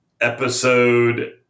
episode